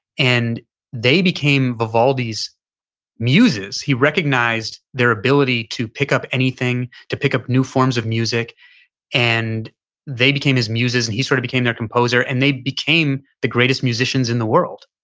and they became vivaldi's muses. he recognized their ability to pick up anything, to pick up new forms of music and they became his muses. and he sort of became their composer, and they became the greatest musicians in the world.